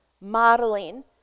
modeling